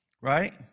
Right